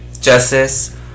justice